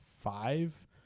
five